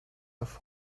have